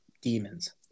demons